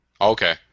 Okay